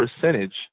percentage